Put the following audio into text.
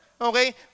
okay